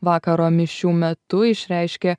vakaro mišių metu išreiškė